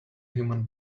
human